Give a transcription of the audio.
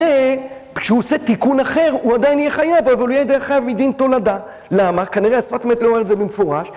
כשהוא עושה תיקון אחר, הוא עדיין יהיה חייב, אבל הוא יהיה חייב מדין תולדה. למה? כנראה השפה תמיד לא אומרת את זה במפורש.